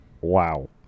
wow